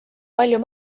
palju